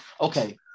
Okay